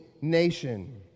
nation